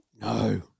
No